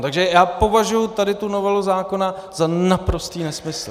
Takže já považuji tady tu novelu zákona za naprostý nesmysl.